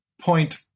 point